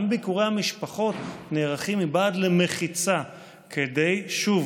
גם ביקורי המשפחות נערכים מבעד למחיצה כדי, שוב,